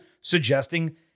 suggesting